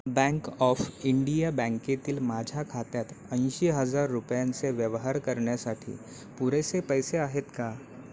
bank of India बँकेतील माझ्या खात्यात ऐंशी हजार रुपयांचे व्यवहार करण्यासाठी पुरेसे पैसे आहेत का